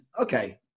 Okay